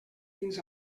fins